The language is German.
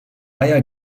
eier